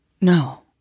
No